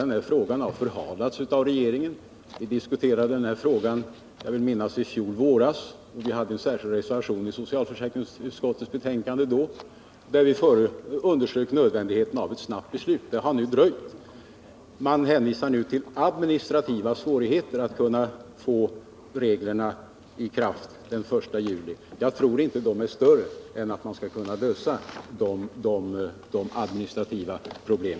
Denna fråga har förhalats av regeringen. Vi diskuterade frågan, i fjol våras, och vi hade en särskild reservation i socialförsäkringsutskottets betänkande då, där vi underströk nödvändigheten av ett snabbt beslut. Det har sannerligen dröjt. Nu hänvisar man till administrativa svårigheter att kunna få reglerna i kraft den 1 juli. De bör inte vara större än att man kan lösa dem.